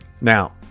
Now